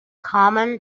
common